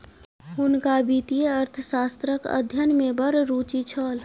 हुनका वित्तीय अर्थशास्त्रक अध्ययन में बड़ रूचि छल